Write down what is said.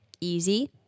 Easy